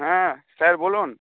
হ্যাঁ স্যার বলুন